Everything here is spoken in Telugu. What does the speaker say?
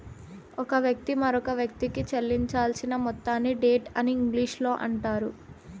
ఒక వ్యక్తి మరొకవ్యక్తికి చెల్లించాల్సిన మొత్తాన్ని డెట్ అని ఇంగ్లీషులో అంటారు